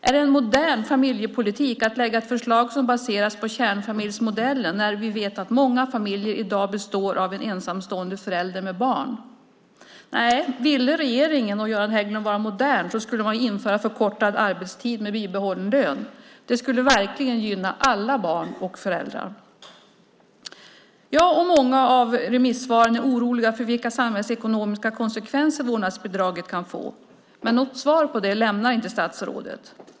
Är det en modern familjepolitik att lägga fram ett förslag som baseras på kärnfamiljsmodellen när vi vet att många familjer i dag består av en ensamstående förälder med barn? Om regeringen och Göran Hägglund ville vara moderna skulle de i stället införa förkortad arbetstid med bibehållen lön. Det skulle verkligen gynna alla barn och föräldrar. Jag och många av remissinstanserna är oroliga för vilka samhällsekonomiska konsekvenser vårdnadsbidraget kan få. Något svar på det lämnar inte statsrådet.